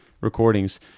recordings